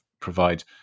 provide